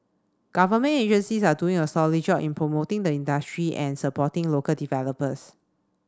government agencies are doing a solid job in promoting the industry and supporting local developers